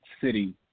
city